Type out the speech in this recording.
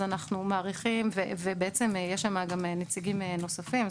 יש שם גם נציגים נוספים,